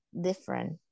different